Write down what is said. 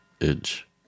edge